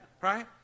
Right